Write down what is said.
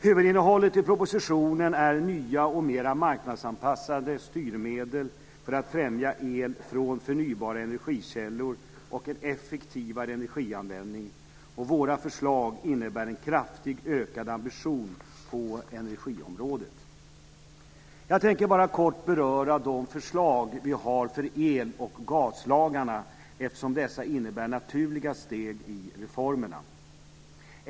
Huvudinnehållet i propositionen är nya och mer marknadsanpassade styrmedel för att främja el från förnybara energikällor och en effektivare energianvändning. Våra förslag innebär en kraftigt ökad ambition på energiområdet. Jag tänker bara kort beröra de förslag vi har för eloch gaslagarna eftersom dessa innebär naturliga steg i reformerna.